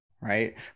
right